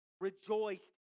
rejoiced